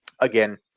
again